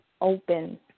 open